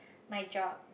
my job